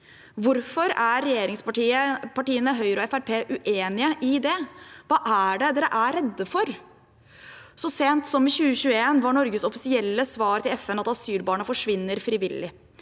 Hvorfor er regjeringspartiene, Høyre og Fremskrittspartiet uenige i det? Hva er det de er redde for? Så sent som i 2021 var Norges offisielle svar til FN at asylbarna forsvinner frivillig.